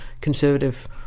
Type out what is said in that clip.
Conservative